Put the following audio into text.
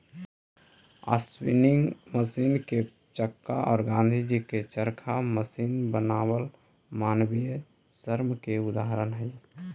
spinning machine के चक्का औ गाँधीजी के चरखा मशीन बनाम मानवीय श्रम के उदाहरण हई